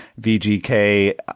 VGK